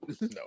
no